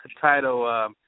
title –